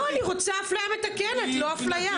לא, אני רוצה אפליה מתקנת, לא אפליה.